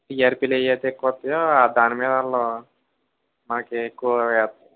టిఆర్పీలు ఏవైతే ఎక్కువస్తాయో దాని మీద వాళ్ళు మాకు ఎక్కువ